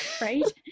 Right